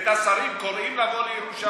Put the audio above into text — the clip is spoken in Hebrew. את השרים קוראים לבוא לישראל.